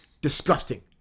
Disgusting